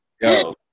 Yo